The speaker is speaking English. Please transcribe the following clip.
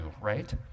right